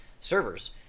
servers